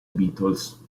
beatles